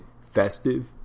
festive